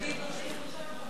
אדוני בריא עכשיו?